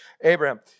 Abraham